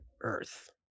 Earth